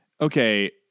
okay